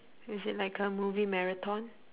is it like a movie marathon